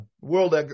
world